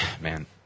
man